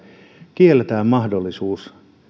kielletään mahdollisuus